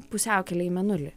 pusiaukelėj į mėnulį